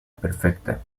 perfecta